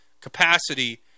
capacity